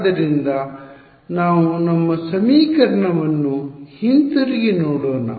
ಆದ್ದರಿಂದ ನಾವು ನಮ್ಮ ಸಮೀಕರಣವನ್ನು ಹಿಂತಿರುಗಿ ನೋಡೋಣ